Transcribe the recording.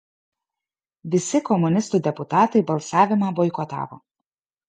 visi komunistų deputatai balsavimą boikotavo